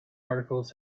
articles